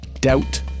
doubt